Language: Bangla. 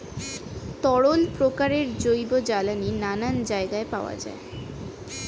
তরল প্রকারের জৈব জ্বালানি নানা জায়গায় পাওয়া যায়